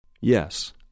Yes